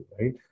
right